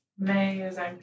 Amazing